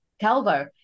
Calvo